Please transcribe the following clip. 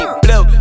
blue